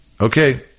okay